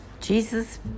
Jesus